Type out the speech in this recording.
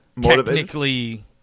technically